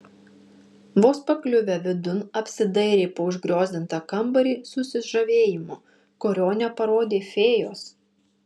vos pakliuvę vidun apsidairė po užgriozdintą kambarį su susižavėjimu kurio neparodė fėjos